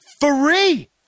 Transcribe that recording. free